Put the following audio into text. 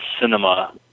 cinema